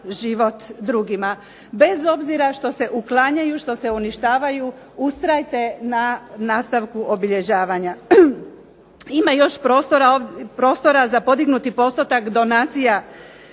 život drugima. Bez obzira što se uklanjaju, što se uništavaju ustrajte na nastavku obilježavanja. Ima još prostora za podignuti postotak donacija